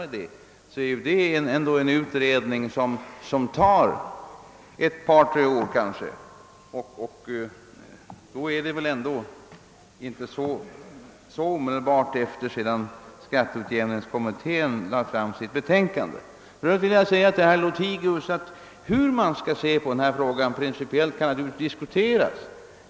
Man kan väl då inte säga att den skulle komma särskilt kort tid efter skatteutjämningskommitténs betänkande. Hur denna fråga rent principiellt skall betraktas kan naturligtvis diskuteras.